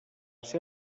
ser